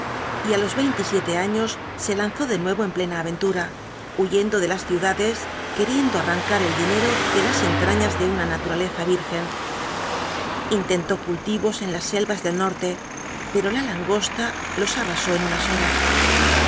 y á los veintisiete años se lanzó de nuevo en plena aventura huyendo de las ciudades queriendo arrancar el dinero de las entrañas de una naturaleza virgen intentó cultivos en las selvas del norte pero la langosta los arrasó en unas horas